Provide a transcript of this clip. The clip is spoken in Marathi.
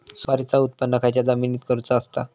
सुपारीचा उत्त्पन खयच्या जमिनीत करूचा असता?